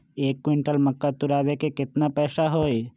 एक क्विंटल मक्का तुरावे के केतना पैसा होई?